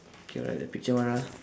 K alright the picture one ah